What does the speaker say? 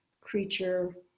creature